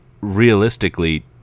realistically